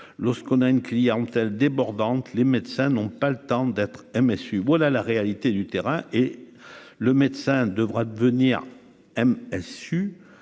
lorsqu'on a une clientèle débordante, les médecins n'ont pas le temps d'être hein messieurs, voilà la réalité du terrain et le médecin devra devenir M